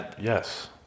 Yes